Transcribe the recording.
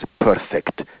perfect